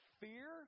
fear